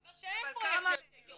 הוא אומר שאין פה יוצאי אתיופיה,